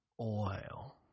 oil